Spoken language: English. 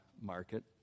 market